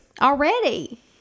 Already